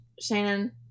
Shannon